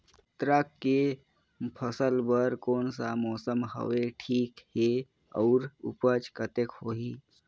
गन्ना के फसल बर कोन सा मौसम हवे ठीक हे अउर ऊपज कतेक होही?